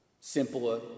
Simpler